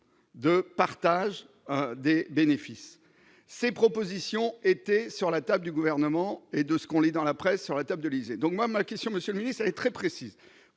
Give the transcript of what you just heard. de partage des bénéfices ces propositions étaient sur l'attaque du gouvernement et de ce qu'on lit dans la presse sur la tête de lisez donc moi ma question, monsieur le ministre est très précise